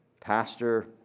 pastor